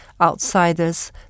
outsiders